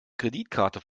kreditkarte